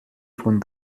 von